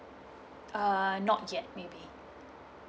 uh not yet may be